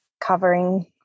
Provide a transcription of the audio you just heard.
covering